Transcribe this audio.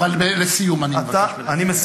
כבוד השר, אבל לסיום, אני מבקש ממך.